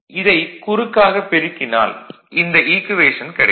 இதைக் குறுக்காக பெருக்கினால் இந்த ஈக்குவேஷன் கிடைக்கும்